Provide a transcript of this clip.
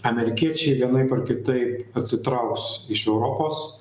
amerikiečiai vienaip ar kitaip atsitrauks iš europos